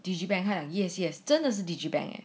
digibank 他讲 yes yes 真的是 digibank leh